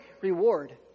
reward